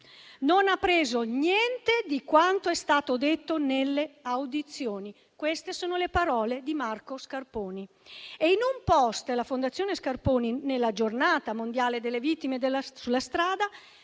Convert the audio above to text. non ha preso niente di quanto è stato detto nelle audizioni. Queste sono le parole di Marco Scarponi. E in un *post* la Fondazione Scarponi, nella Giornata mondiale in ricordo delle vittime della strada,